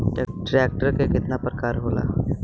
Tractor के केतना प्रकार होला?